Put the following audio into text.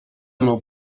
mną